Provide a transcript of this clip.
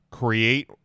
create –